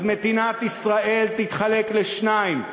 אז מדינת ישראל תתחלק לשניים: